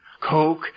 Coke